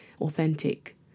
authentic